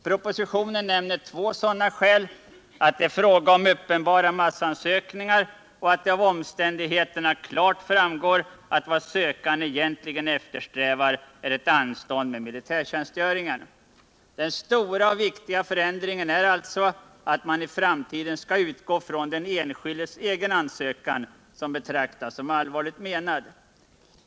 Propositionen nämner två sådana skäl — att det är fråga om uppenbara massansökningar och att det av omständigheterna klart framgår att vad sökanden egentligen eftersträvar är anstånd med militärtjänstgöringen. Den stora och viktiga förändringen är alltså att man i framtiden skall utgå från den enskildes egen ansökan, som betraktas som allvarligt menad.